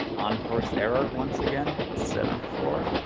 unforced error once again set on four